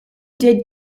did